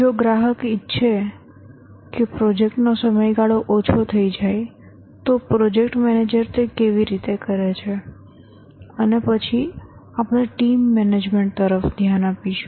જો ગ્રાહક ઇચ્છે કે પ્રોજેક્ટનો સમયગાળો ઓછો થઈ જાય તો પ્રોજેક્ટ મેનેજર તે કેવી રીતે કરે છે અને પછી આપણે ટીમ મેનેજમેન્ટ તરફ ધ્યાન આપીશું